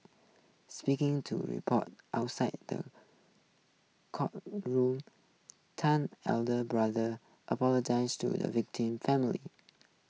speaking to report outside the courtroom ten elder brother apologised to the victim family